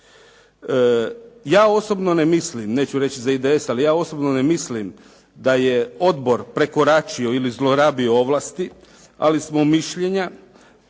Ja osobno ne mislim, neću reći za IDS, ali ja osobno ne mislim da je odbor prekoračio ili zlorabio ovlasti, ali smo mišljenja,